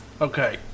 okay